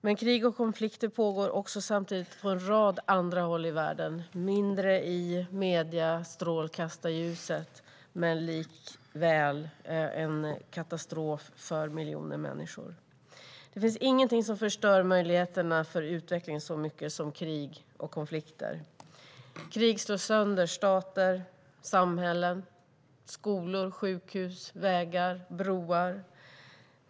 Men krig och konflikter pågår samtidigt på en rad andra håll i världen, mindre i mediestrålkastarljuset men likväl en katastrof för miljoner människor. Det finns ingenting som förstör möjligheterna för utveckling så mycket som krig och konflikter. Krig slår sönder stater, samhällen, skolor, sjukhus, vägar och broar.